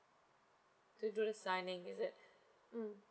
to do the signing is it mm